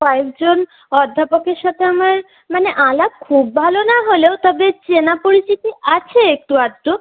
কয়েকজন অধ্যাপকের সাথে আমার মানে আলাপ খুব ভালো না হলেও তবে চেনা পরিচিতি আছে একটু আধটু